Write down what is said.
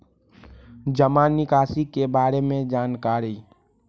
जामा निकासी के बारे में जानकारी?